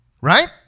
Right